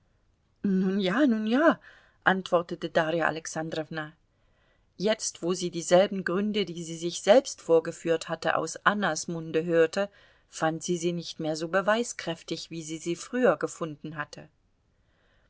nun ja nun ja antwortete darja alexandrowna jetzt wo sie dieselben gründe die sie sich selbst vorgeführt hatte aus annas munde hörte fand sie sie nicht mehr so beweiskräftig wie sie sie früher gefunden hatte